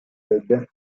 ltd